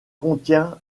contient